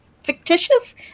fictitious